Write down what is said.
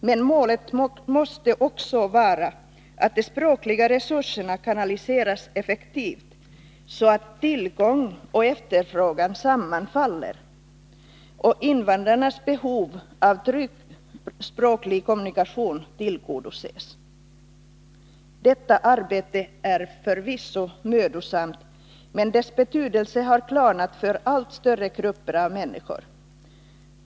Men målet måste också vara att de språkliga resurserna kanaliseras effektivt, så att tillgång och efterfrågan sammanfaller och invandrarnas behov av trygg språklig kommunikation tillgodoses. Detta arbete är förvisso mödosamt, men dess betydelse har klarnat för allt större grupper av människor.